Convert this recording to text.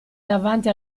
davanti